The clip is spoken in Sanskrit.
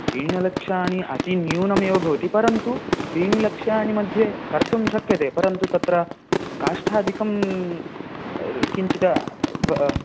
त्रीणलक्षाणि अति न्यूनमेव भवति परन्तु त्रीणिलक्षाणि मध्ये कर्तुं शक्यते परन्तु तत्र काष्ठाधिकं किञ्चित् ब